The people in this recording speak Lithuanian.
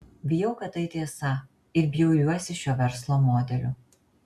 bijau kad tai tiesa ir bjauriuosi šiuo verslo modeliu